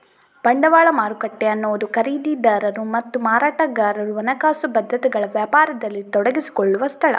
ಬಂಡವಾಳ ಮಾರುಕಟ್ಟೆ ಅನ್ನುದು ಖರೀದಿದಾರರು ಮತ್ತು ಮಾರಾಟಗಾರರು ಹಣಕಾಸು ಭದ್ರತೆಗಳ ವ್ಯಾಪಾರದಲ್ಲಿ ತೊಡಗಿಸಿಕೊಳ್ಳುವ ಸ್ಥಳ